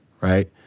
right